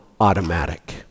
automatic